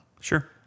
Sure